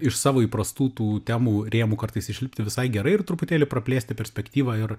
iš savo įprastų tų temų rėmų kartais išlipti visai gerai ir truputėlį praplėsti perspektyvą ir